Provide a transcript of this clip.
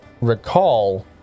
recall